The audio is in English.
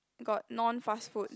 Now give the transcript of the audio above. got non fast food